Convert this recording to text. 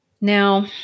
Now